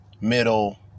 middle